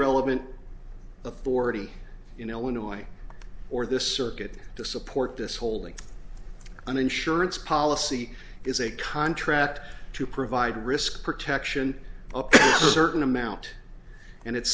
relevant authority in illinois or this circuit to support this holding an insurance policy is a contract to provide risk protection of a certain amount and it's